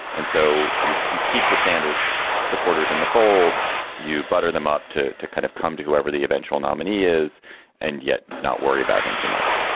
and so you you keep the sanders supporters in the fold you butter them up to to kind of come to whoever the eventual nominee is and yet not worry about him too much.